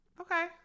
okay